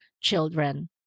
children